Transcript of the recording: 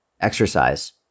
exercise